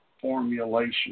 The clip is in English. formulation